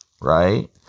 right